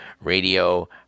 Radio